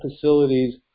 facilities